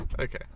Okay